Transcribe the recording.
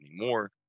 anymore